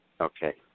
Okay